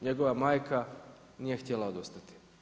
Njegova majka nije htjela odustati.